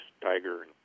Tiger